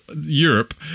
Europe